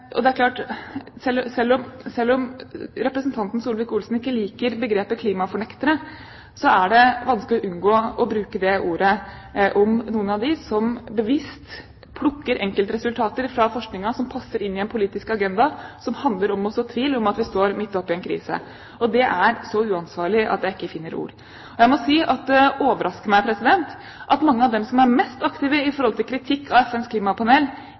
Det er klart at selv om representanten Solvik-Olsen ikke liker begrepet «klimafornektere», er det vanskelig å unngå å bruke det ordet om noen av dem som bevisst plukker ut enkeltresultater fra forskningen som passer inn i en politisk agenda, som handler om å så tvil om at vi står midt oppe i en krise. Det er så uansvarlig at jeg ikke finner ord. Jeg må si det overrasker meg at mange av dem som er mest aktive med kritikk av FNs klimapanel,